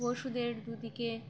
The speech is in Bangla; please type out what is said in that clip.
পশুদের দুদিকে